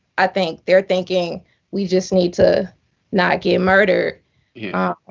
i think they're thinking we just need to not get murdered. yeah